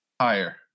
Higher